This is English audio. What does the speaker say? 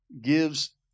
gives